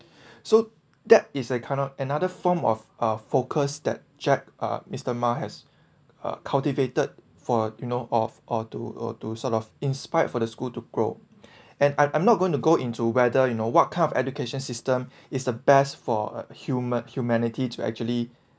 so that is a kind of another form of uh focus that jack uh mister ma has uh cultivated for you know of or to or to sort of inspired for the school to grow and I'm not going to go into whether you know what kind of education system is the best for a humi~ humanity to actually